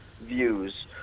views